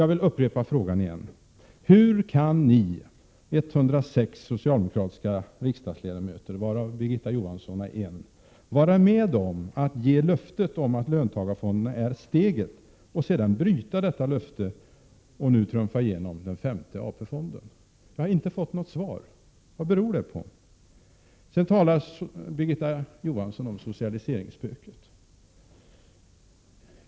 Jag vill upprepa min fråga: Hur kan ni 106 socialdemokratiska riksdagsledamöter, varav Birgitta Johansson är en, vara med om att ge löftet att löntagarfonderna är ”steget” men sedan bryta detta löfte och nu trumfa igenom den femte AP-fonden? Jag har inte fått något svar. Vad beror det på? Birgitta Johansson talar om socialiseringsspöket.